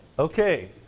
Okay